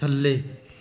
ਥੱਲੇ